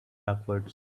backwards